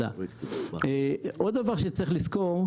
עוד דבר שצריך לזכור,